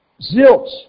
Zilch